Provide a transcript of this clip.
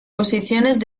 posiciones